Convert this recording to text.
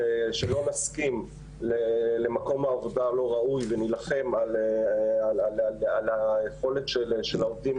שלא נסכים למקום עבודה לא ראוי ונילחם על היכולת של העובדים